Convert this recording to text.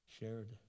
shared